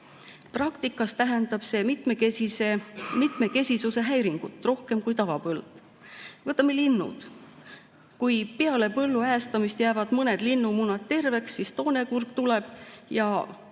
Praktikas tähendab see mitmekesisuse häiringut rohkem kui tavapõllul. Võtame linnud. Kui peale põllu äestamist jäävad mõned linnumunad terveks, siis toonekurg tuleb ja